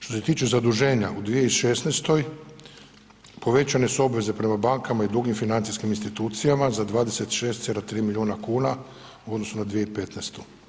Što se tiče zaduženja u 2016. povećane su obveze prema bankama i drugim financijskim institucijama za 26,3 milijuna kuna u odnosu na 2015.